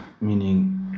meaning